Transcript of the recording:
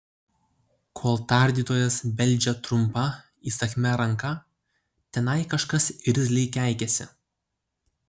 kol tardytojas beldžia trumpa įsakmia ranka tenai kažkas irzliai keikiasi